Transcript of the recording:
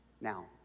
Now